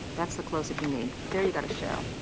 that's the closeup you need. there you got a show.